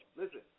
listen